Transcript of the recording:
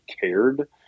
cared